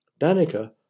Danica